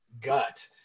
gut